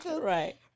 Right